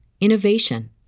innovation